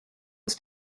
most